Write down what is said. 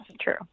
true